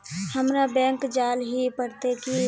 हमरा बैंक जाल ही पड़ते की?